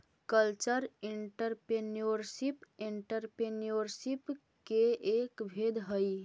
cultural entrepreneurship entrepreneurship के एक भेद हई